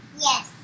Yes